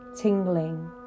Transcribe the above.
tingling